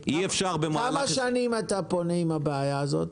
כמה שנים אתה פונה עם הבעיה הזאת?